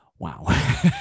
Wow